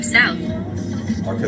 South